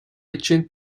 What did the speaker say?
için